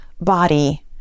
body